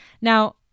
Now